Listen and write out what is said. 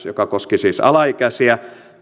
joka koski siis alaikäisiä